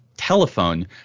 telephone